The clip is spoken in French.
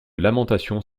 lamentation